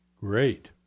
Great